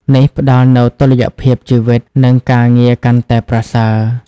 នេះផ្តល់នូវតុល្យភាពជីវិត និងការងារកាន់តែប្រសើរ។